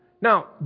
Now